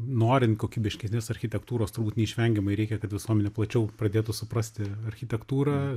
norint kokybiškesnės architektūros turbūt neišvengiamai reikia kad visuomenė plačiau pradėtų suprasti architektūrą